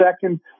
second